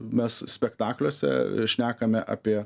mes spektakliuose šnekame apie